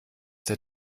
der